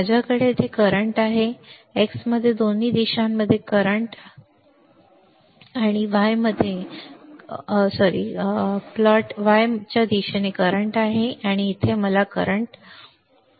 माझ्याकडे येथे करंट आहे मला x मध्ये दोन्ही दिशांमध्ये करंट आहे क्षमस्व माझ्याकडे दोन्ही प्लॉटमध्ये y दिशेने येथे करंट आहे आणि इथे मला करंट अधिकार आहे